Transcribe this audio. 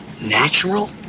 natural